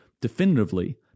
definitively